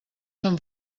són